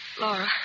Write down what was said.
Laura